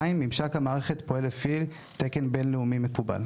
2. ממשק המערכת פועל לפי תקן בין-לאומי מקובל.